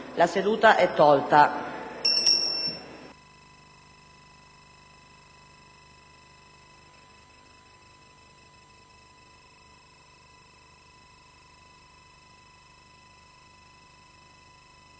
La seduta è tolta